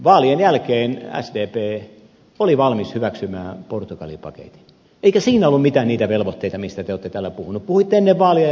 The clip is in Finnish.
vaalien jälkeen sdp oli valmis hyväksymään portugali paketin eikä siinä ollut mitään niitä velvoitteita mistä te olette täällä puhuneet puhuitte ennen vaaleja ja vaalien jälkeen